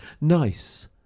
Nice